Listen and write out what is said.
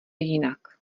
jinak